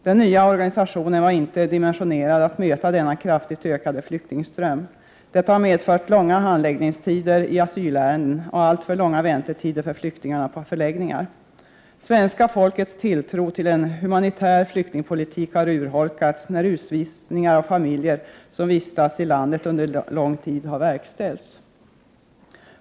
Den nya organisationen var inte dimensionerad att möta denna kraftigt ökade flyktingström. Detta har medfört långa handläggningstider i asylärenden och alltför långa väntetider för flyktingarna på förläggningar. Svenska folkets tilltro till en humanitär flyktingpolitik har urholkats när utvisningar av familjer som vistats i landet under lång tid har verkställts.